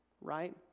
right